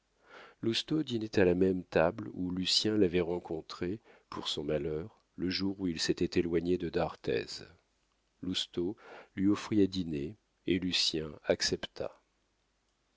flicoteaux lousteau dînait à la même table où lucien l'avait rencontré pour son malheur le jour où il s'était éloigné de d'arthez lousteau lui offrit à dîner et lucien accepta